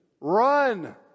Run